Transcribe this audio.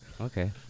Okay